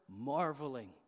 marveling